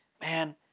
man